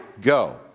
go